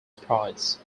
price